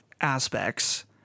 aspects